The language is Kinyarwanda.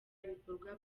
ibikorwa